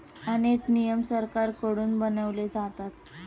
अनेक नियम सरकारकडून बनवले जातात